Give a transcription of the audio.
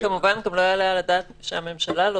כמובן שגם לא יעלה על הדעת שהממשלה לא